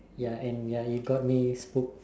ya and ya it got me spooked